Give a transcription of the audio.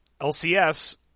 LCS